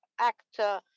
actor